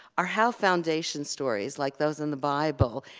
are how foundation stories, like those in the bible,